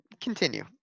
Continue